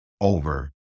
over